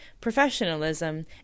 professionalism